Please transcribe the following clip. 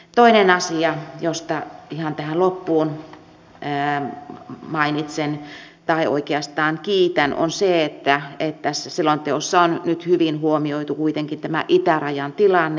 toinen asia josta ihan tähän loppuun mainitsen tai oikeastaan kiitän on se että tässä selonteossa on nyt hyvin huomioitu kuitenkin tämä itärajan tilanne